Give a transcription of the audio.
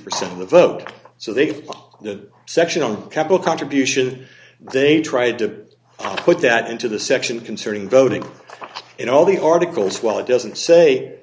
percent of the vote so they the section on a couple contribution they tried to put that into the section concerning voting in all the articles while it doesn't say